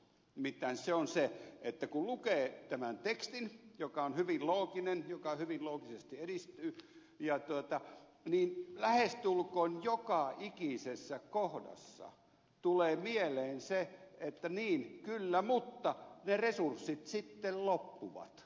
nimittäin se on se että kun lukee tämän tekstin joka on hyvin looginen joka hyvin loogisesti edistyy lähestulkoon joka ikisessä kohdassa tulee mieleen se että niin kyllä mutta ne resurssit sitten loppuvat